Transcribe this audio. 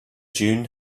dune